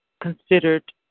considered